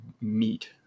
meet